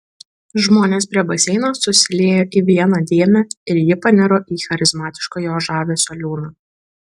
žmonės prie baseino susiliejo į vieną dėmę ir ji paniro į charizmatiško jo žavesio liūną